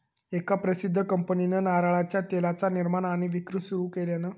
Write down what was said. एका प्रसिध्द कंपनीन नारळाच्या तेलाचा निर्माण आणि विक्री सुरू केल्यान